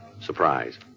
Surprise